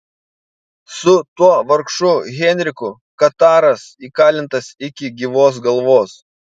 su tuo vargšu henriku kataras įkalintas iki gyvos galvos